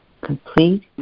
complete